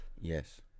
Yes